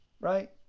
right